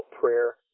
prayer